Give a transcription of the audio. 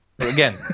again